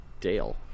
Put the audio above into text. dale